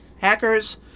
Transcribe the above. Hackers